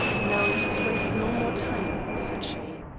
now let us waste no more time, said she.